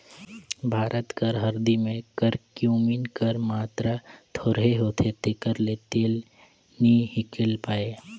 भारत कर हरदी में करक्यूमिन कर मातरा थोरहें होथे तेकर ले तेल नी हिंकेल पाए